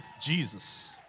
Jesus